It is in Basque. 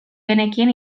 genekien